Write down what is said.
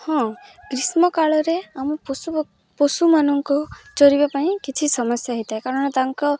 ହଁ ଗ୍ରୀଷ୍ମ କାଳରେ ଆମ ପଶୁ ପଶୁମାନଙ୍କୁ ଚରିବା ପାଇଁ କିଛି ସମସ୍ୟା ହେଇଥାଏ କାରଣ ତାଙ୍କ